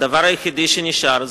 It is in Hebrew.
הדבר היחיד שנשאר,